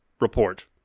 report